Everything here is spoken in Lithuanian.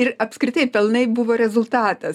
ir apskritai pelnai buvo rezultatas